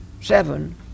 seven